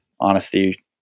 honesty